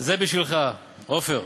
זה בשבילך, עפר,